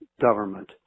government